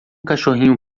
cachorrinho